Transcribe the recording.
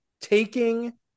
taking